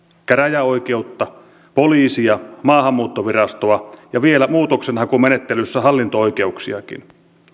käräjäoikeutta poliisia maahanmuuttovirastoa ja muutoksenhakumenettelyssä vielä hallinto oikeuksiakin